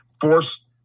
force